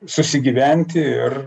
susigyventi ir